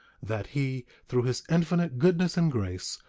that he, through his infinite goodness and grace,